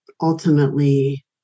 ultimately